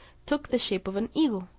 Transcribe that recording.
took the shape of an eagle,